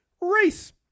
race